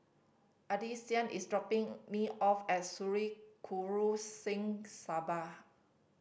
Addisyn is dropping me off at Sri Guru Singh Sabha